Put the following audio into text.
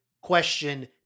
question